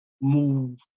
move